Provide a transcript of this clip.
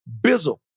Bizzle